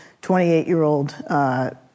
28-year-old